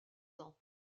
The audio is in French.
ans